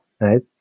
right